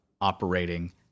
operating